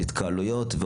של התקהלויות.